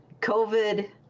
COVID